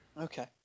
Okay